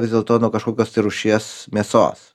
vis dėlto nuo kažkokios tai rūšies mėsos